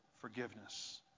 forgiveness